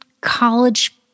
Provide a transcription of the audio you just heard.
college